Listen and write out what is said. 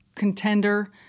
contender